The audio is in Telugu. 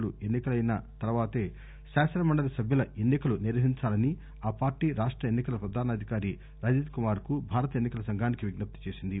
లు ఎన్సి కయిన తర్వాతే శాసన మండలి సభ్యుల ఎన్నిక నిర్వహించాలని ఆ పార్టీ రాష్ట ఎన్పి కల ప్రధానాధికారి రజత్కుమార్కు భారత ఎన్పి కల సంఘానికి విజ్ఞప్తి చేసింది